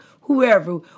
whoever